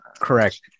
Correct